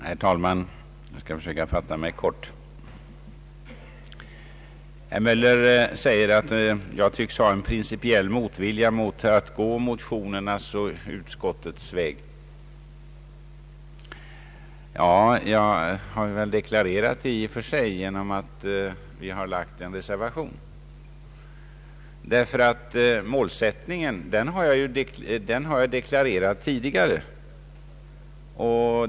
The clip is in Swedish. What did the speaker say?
Herr talman! Jag skall försöka fatta mig kort. Herr Möller säger att jag tycks ha en principiell motvilja mot att gå motionärernas och utskottets väg. I och för sig har jag deklarerat vår målsättning genom en reservation.